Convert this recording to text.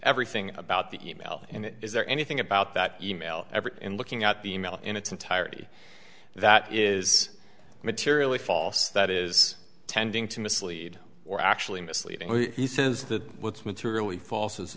everything about the email and it is there anything about that email ever in looking at the email in its entirety that is materially false that is tending to mislead or actually misleading when he says that materially false as